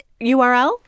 URL